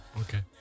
Okay